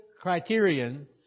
criterion